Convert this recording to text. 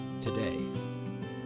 today